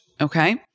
Okay